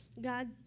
God